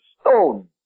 stone